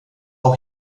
auch